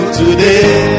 today